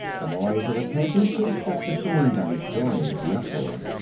the noise of the tank increased as machine guns joined the uproar.